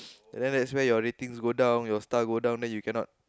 then there's where your rating go down your star go down then you cannot